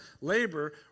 labor